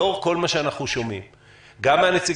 לאור כל מה שאנחנו שומעים גם מנציגי